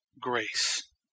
grace